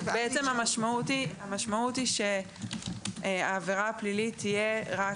המשמעות היא שהעבירה הפלילית תהיה רק